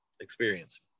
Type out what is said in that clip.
experience